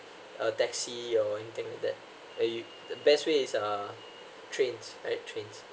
a taxi or anything like that and you the best way is (uh)trains right trains